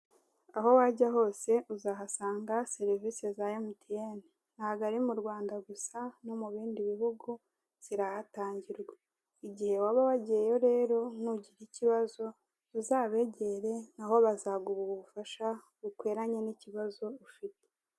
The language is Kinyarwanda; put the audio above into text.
Aho wajya hose uzahasanga serivise za MTN ntago ari mu Rwanda gusa no mubindi bihugu zirahatangirwa igihe waba wagiyeyo rero nugira ikibazo uzabegere naho bazaguha ubufasha bukwiranye n'ikibazo ufite.